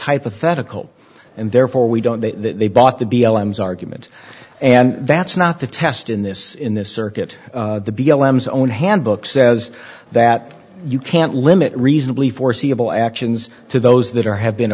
hypothetical and therefore we don't that they bought the argument and that's not the test in this in this circuit the b l m zone handbook says that you can't limit reasonably foreseeable actions to those that are have been